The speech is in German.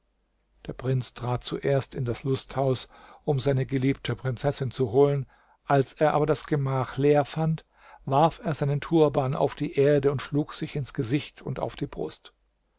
der prinz trat zuerst in das lusthaus um seine geliebte prinzessin zu holen als er aber das gemach leer fand warf er seinen turban auf die erde und schlug sich ins gesicht und auf die brust